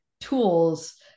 tools